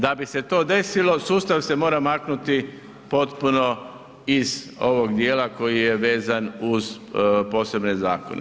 Da bi se to desilo sustav se mora maknuti potpuno iz ovog dijela koji je vezan uz posebne zakone.